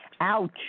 ouch